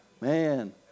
Man